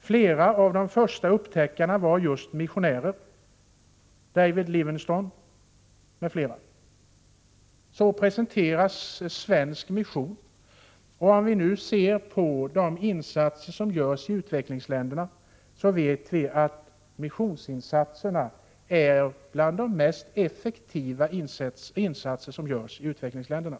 Flera av de första ”upptäckarna” var just missionärer, t.ex. skotten David Livingstone ———.” Så presenteras svensk mission. Men vi vet ju att missionsinsatserna är bland de mest effektiva insatser som görs i utvecklingsländerna.